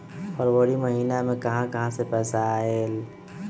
फरवरी महिना मे कहा कहा से पैसा आएल?